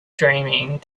dreaming